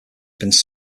have